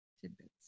tidbits